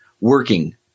working